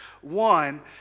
One